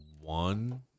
one